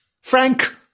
Frank